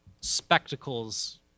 spectacles